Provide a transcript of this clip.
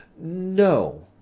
no